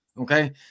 Okay